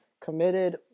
committed